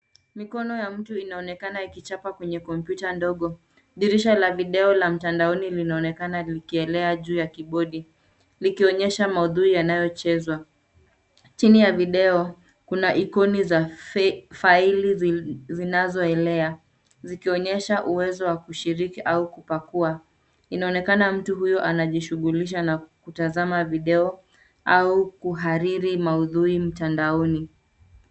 Mikono ya mtu inaonekana ikichapa kwenye kompyuta ndogo. Dirisha la video la mtandaoni linaonekana likielea juu ya kibodi likionyesha maudhui yanayochezwa. Chini ya video kuna ikoni za faili zinazoelea zikionyesha uwezo wa kushiriki au kupakua. Inaonekana mtu huyo anajishughulisha na kutazama video au kuhariri maudhui mtandaoni.